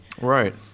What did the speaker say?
right